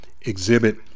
exhibit